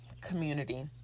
community